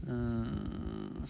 mm